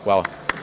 Hvala.